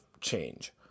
change